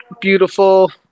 beautiful